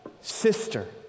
sister